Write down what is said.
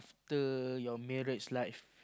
after your marriage life